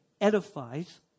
edifies